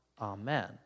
Amen